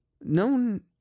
Known